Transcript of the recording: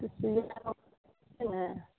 ई सुइया अहाँ लगौलहुँ हँ